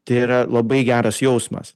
tai yra labai geras jausmas